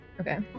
Okay